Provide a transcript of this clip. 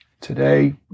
Today